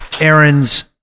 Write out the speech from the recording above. Aaron's